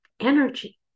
energy